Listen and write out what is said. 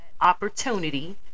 opportunity